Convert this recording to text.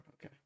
okay